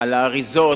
על האריזות,